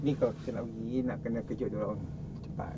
ni kalau kita nak pergi nak kena kejut dia orang cepat